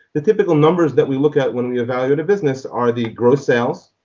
the typical numbers that we look at when we evaluate a business are the gross sales,